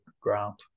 ground